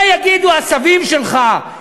מה יגידו הסבים שלך,